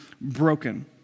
broken